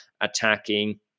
attacking